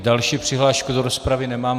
Další přihlášku do rozpravy nemám.